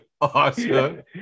Awesome